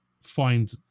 find